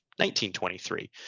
1923